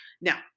Now